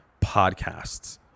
podcasts